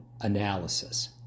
analysis